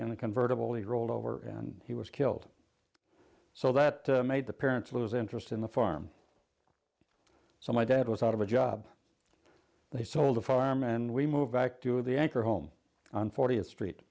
a convertible he rolled over and he was killed so that made the parents lose interest in the farm so my dad was out of a job they sold the farm and we moved back to the anchor home on fortieth street